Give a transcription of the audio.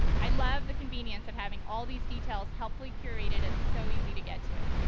i love the convenience of having all these details helpfully curated and so easy to get to.